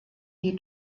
die